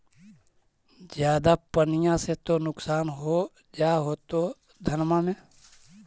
ज्यादा पनिया से तो नुक्सान हो जा होतो धनमा में?